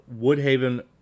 Woodhaven